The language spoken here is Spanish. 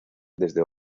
desde